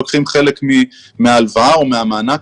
לוקחים חלק מההלוואה או מהמענק.